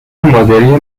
مادری